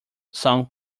song